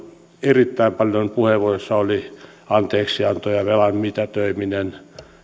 erittäin paljon puheenvuoroissa oli anteeksianto ja velan mitätöiminen